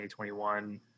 2021